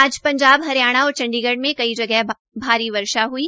आज पंजाब हरियाणा और चंडीगढ़ में कई जगह भारी वर्षा हई